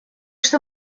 что